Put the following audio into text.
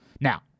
Now